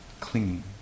clinging